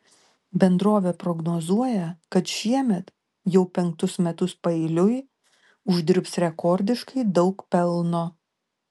bendrovė prognozuoja kad šiemet jau penktus metus paeiliui uždirbs rekordiškai daug pelno